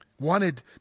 wanted